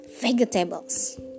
vegetables